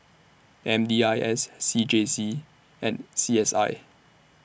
M D I S C J C and C S I